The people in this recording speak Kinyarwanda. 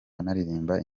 anaririmba